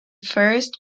first